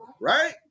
right